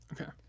Okay